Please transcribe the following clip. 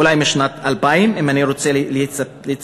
אולי משנת 2000. אם אני רוצה לצטט,